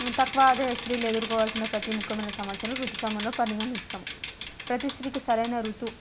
తక్కువ అదే స్త్రీలు ఎదుర్కోవలసిన ప్రతి ముఖ్యమైన సమస్యలు ఋతుక్రమంలో పరిగణిస్తాం ప్రతి స్త్రీకి సరైన ఋతు